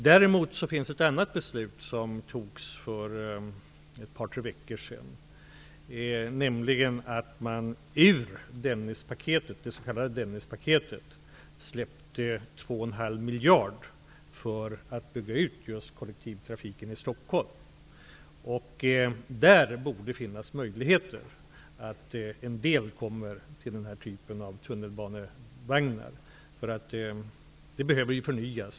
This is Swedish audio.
Däremot finns ett annat beslut, som fattades för ett par tre veckor sedan, nämligen att man ur det s.k. Dennispaketet släppte 2,5 miljarder för att bygga ut just kollektivtrafiken i Stockholm. Det finns då en möjlighet att en del kan användas till den här typen av tunnelbanevagnar. Det behöver förnyas.